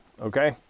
okay